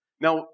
Now